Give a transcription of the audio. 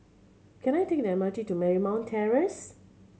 can I take the M R T to Marymount Terrace